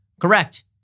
Correct